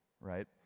right